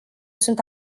sunt